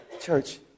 church